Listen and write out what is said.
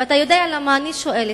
ואתה יודע למה אני שואלת.